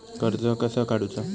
कर्ज कसा काडूचा?